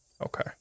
Okay